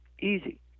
Easy